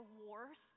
wars